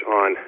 on